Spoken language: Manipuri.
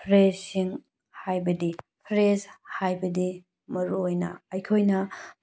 ꯐ꯭ꯔꯦꯖꯁꯤꯡ ꯍꯥꯏꯕꯗꯤ ꯐ꯭ꯔꯦꯖ ꯍꯥꯏꯕꯗꯤ ꯃꯔꯨ ꯑꯣꯏꯅ ꯑꯩꯈꯣꯏꯅ